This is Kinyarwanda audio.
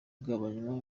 kugabanywa